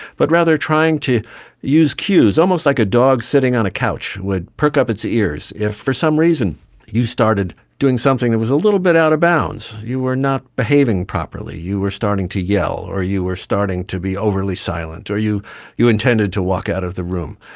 but rather trying to use cues. almost like a dog sitting on a couch would perk up its ears if for some reason you started doing something that was a little bit out of bounds, you were not behaving properly, you were starting to yell or you were starting to be overly silent, or you you intended to walk out of the room.